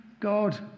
God